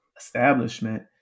establishment